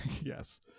Yes